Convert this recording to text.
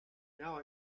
now